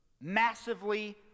massively